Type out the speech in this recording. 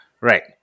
Right